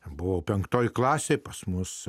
buvau penktoje klasėje pas mus